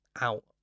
out